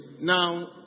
Now